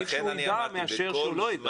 עדיף שהוא ידע מאשר שהוא לא ידע.